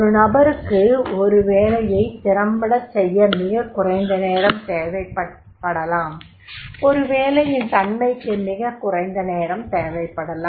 ஒரு நபருக்கு ஒரு வேலையைத் திறம்படச் செய்ய மிகக் குறைந்த நேரம் தேவைப்படலாம் ஒரு வேலையின் தன்மைக்கு மிகக் குறைந்த நேரம் தேவைப்படலாம்